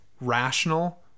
rational